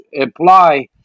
apply